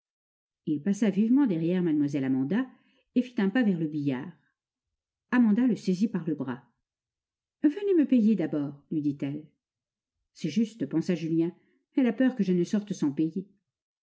il passa vivement derrière mlle amanda et fit un pas vers le billard amanda le saisit par le bras venez me payer d'abord lui dit-elle c'est juste pensa julien elle a peur que je ne sorte sans payer